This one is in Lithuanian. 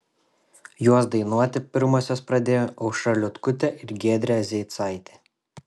juos dainuoti pirmosios pradėjo aušra liutkutė ir giedrė zeicaitė